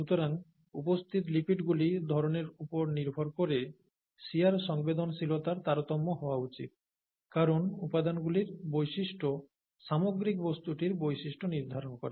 সুতরাং উপস্থিত লিপিডগুলির ধরণের উপর নির্ভর করে শিয়ার সংবেদনশীলতার তারতম্য হওয়া উচিত কারণ উপাদানগুলির বৈশিষ্ট্য সামগ্রিক বস্তুটির বৈশিষ্ট্য নির্ধারণ করে